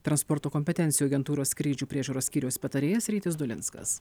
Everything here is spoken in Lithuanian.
transporto kompetencijų agentūros skrydžių priežiūros skyriaus patarėjas rytis dulinskas